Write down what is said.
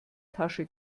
tasche